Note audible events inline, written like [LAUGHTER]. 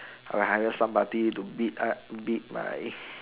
[NOISE] I will hire somebody to beat up beat my [BREATH]